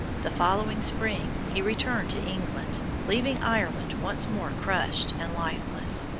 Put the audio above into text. the following spring he returned to england, leaving ireland once more crushed and lifeless.